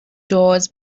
doors